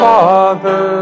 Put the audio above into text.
Father